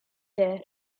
there